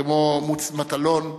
כמו מוץ מטלון,